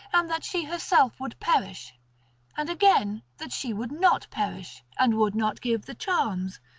and that she herself would perish and again that she would not perish and would not give the charms,